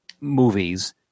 movies